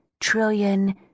trillion